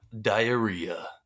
diarrhea